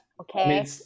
okay